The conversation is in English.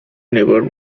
never